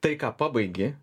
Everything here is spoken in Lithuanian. tai ką pabaigi